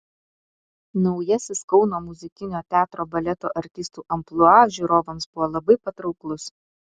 naujasis kauno muzikinio teatro baleto artistų amplua žiūrovams buvo labai patrauklus